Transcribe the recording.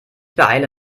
beeile